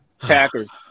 Packers